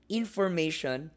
information